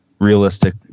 Realistic